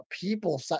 people